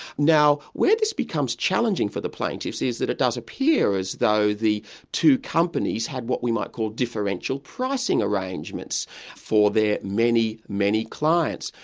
now where this becomes challenging for the plaintiffs is that it does appear as though the two companies had what we might call differential pricing arrangements for their many, many clients.